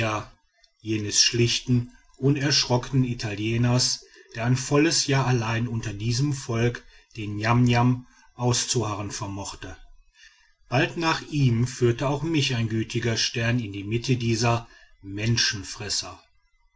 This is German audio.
jenes schlichten unerschrockenen italieners der ein volles jahr allein unter diesem volk den niamniam auszuharren vermochte bald nach ihm führte auch mich ein gütiger stern in die mitte dieser menschenfresser